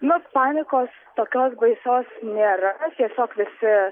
nu panikos tokios baisios nėra tiesiog visi